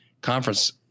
conference